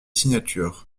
signatures